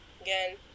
again